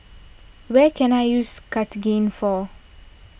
where can I use Cartigain for